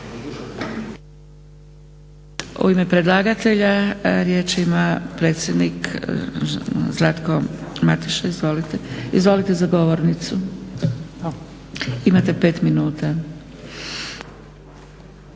U ime predlagatelja riječ ima predsjednik Zlatko Mateša. Izvolite za govornicu. Imate 5 minuta.